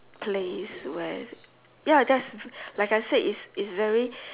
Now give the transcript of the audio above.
place where ya just like I said it's it's very